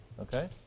Okay